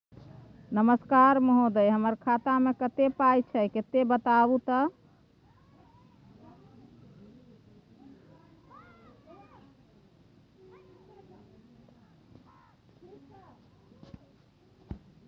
नमस्कार महोदय, हमर खाता मे कत्ते पाई छै किन्ने बताऊ त?